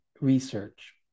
research